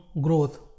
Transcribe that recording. growth